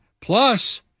Plus